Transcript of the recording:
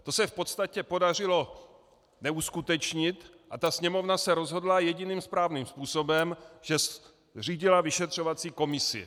To se v podstatě podařilo neuskutečnit a Sněmovna se rozhodla jediným správným způsobem, že zřídila vyšetřovací komisi.